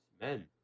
Men